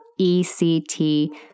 ECT